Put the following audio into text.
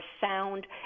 sound